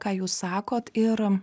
ką jūs sakot ir